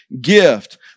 gift